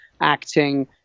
acting –